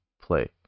play